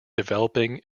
developing